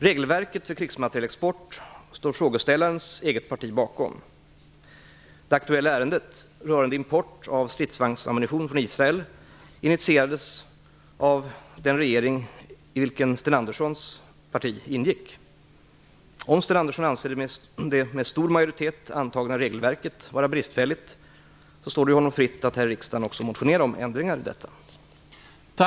Regelverket för krigsmaterielexport står frågeställarens eget parti bakom. Det aktuella ärendet rörande import av stridsvagnsammunition från Israel initierades av en regering i vilken Sten Anderssons parti ingick. Om Sten Andersson anser det med stor majoritet antagna regelverket vara bristfälligt står det ju honom fritt att här i riksdagen motionera om ändring i detsamma.